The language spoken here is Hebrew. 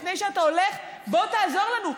לפני שאתה הולך: בוא תעזור לנו.